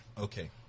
okay